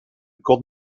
corps